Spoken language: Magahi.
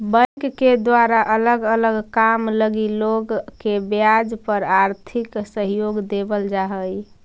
बैंक के द्वारा अलग अलग काम लगी लोग के ब्याज पर आर्थिक सहयोग देवल जा हई